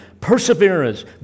perseverance